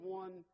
one